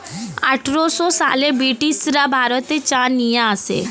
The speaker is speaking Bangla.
আঠারোশো সালে ব্রিটিশরা ভারতে চা নিয়ে আসে